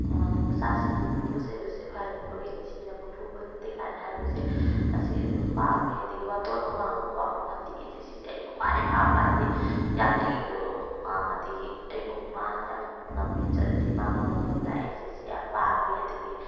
ꯃꯆꯥꯁꯤꯡꯕꯨ ꯐꯨꯕ ꯆꯩꯕꯁꯦ ꯐꯍꯟꯅꯤꯡꯕꯒꯤꯅꯤ ꯁꯤꯅꯕ ꯐꯨꯕ ꯅꯠꯇꯦ ꯀꯥꯏꯅ ꯍꯥꯏꯕꯁꯦ ꯑꯁꯤ ꯑꯗꯨꯝ ꯄꯥꯝꯃꯦ ꯑꯗꯒꯤ ꯋꯥꯇꯣꯟꯅ ꯋꯥꯡꯉꯒ ꯀ꯭ꯋꯥꯛꯅ ꯐꯝꯗꯦꯛꯏꯁꯦ ꯁꯤꯁꯦ ꯑꯩꯅ ꯈ꯭ꯋꯥꯏ ꯄꯥꯝꯕ ꯍꯥꯏꯗꯤ ꯌꯥꯝꯅ ꯏꯒꯣ ꯋꯥꯡꯉꯗꯤ ꯑꯩꯕꯨ ꯃꯥꯅ ꯌꯥꯝꯅ ꯉꯝꯃꯦꯅ ꯆꯠꯂꯗꯤ ꯃꯥꯕꯨ ꯉꯝꯕ ꯑꯃ ꯂꯥꯛꯑꯦꯁꯤ ꯁꯤ ꯌꯥꯝ ꯄꯥꯝꯃꯦ ꯑꯗꯒꯤ